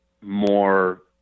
more